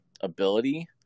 ability